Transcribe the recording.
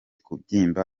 kubyimba